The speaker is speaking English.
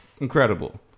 Incredible